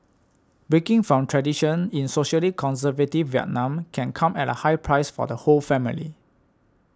breaking from tradition in socially conservative Vietnam can come at a high price for the whole family